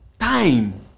Time